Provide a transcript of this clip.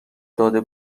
داده